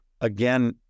again